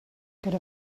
good